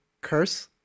curse